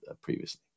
previously